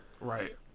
Right